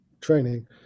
training